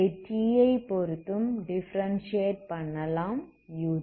இதை t ஐ பொறுத்து டிஃபரென்ஸியேட் பண்ணலாம் t